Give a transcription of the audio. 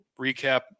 recap